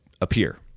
appear